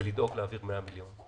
ולדאוג להעביר 100 מיליון,